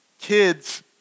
Kids